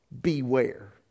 Beware